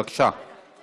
בבקשה.